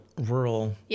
rural